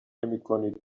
نمیکنید